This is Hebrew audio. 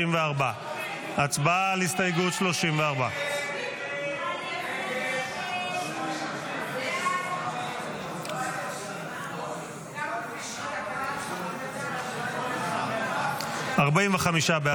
הסתייגות 34. הצבעה על הסתייגות 34. הסתייגות 34 לא נתקבלה.